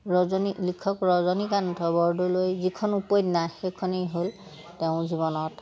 ৰজনী লিখক ৰজনীকান্ত বৰদলৈৰ যিখন উপন্যাস সেইখনেই হ'ল তেওঁৰ জীৱনত